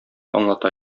аңлата